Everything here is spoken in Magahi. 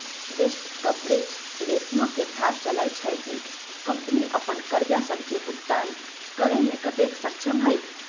इंटरेस्ट कवरेज रेशियो से थाह चललय छै कि कंपनी अप्पन करजा सभके भुगतान करेमें कतेक सक्षम हइ